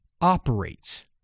operates